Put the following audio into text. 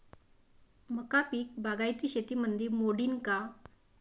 मका पीक बागायती शेतीमंदी मोडीन का?